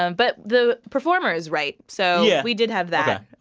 um but the performers write. so we did have that.